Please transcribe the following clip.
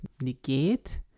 negate